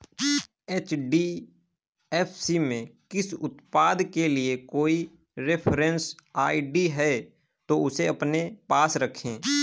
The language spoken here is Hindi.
एच.डी.एफ.सी में किसी उत्पाद के लिए कोई रेफरेंस आई.डी है, तो उसे अपने पास रखें